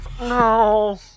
no